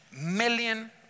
million